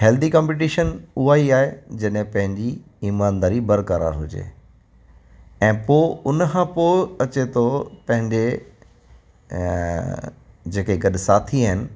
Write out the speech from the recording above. healthy competition उहा ई आहे जॾहिं पंहिंजी ईमानदारी बरकरार हुजे ऐं पोइ हुन खां पोइ अचे थो पंहिंजे जेके गॾु साथी आहिनि